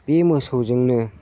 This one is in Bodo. बे मोसौजोंनो